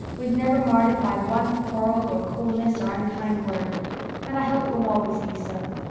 we've never marred it by one quarrel or coolness or unkind word and i hope it will always be so.